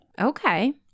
Okay